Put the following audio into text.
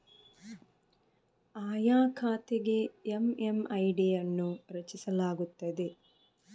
ಆಯಾ ಖಾತೆಗೆ ಎಮ್.ಎಮ್.ಐ.ಡಿ ಅನ್ನು ರಚಿಸಲಾಗುತ್ತದೆ